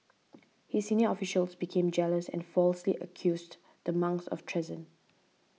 his senior officials became jealous and falsely accused the monks of treason